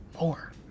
more